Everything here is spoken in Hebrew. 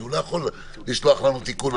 כי הוא לא יכול לשלוח לנו תיקון.